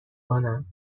کنم